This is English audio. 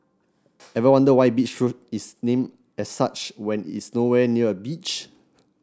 ever wonder why Beach Road is named as such when is nowhere near a beach